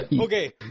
Okay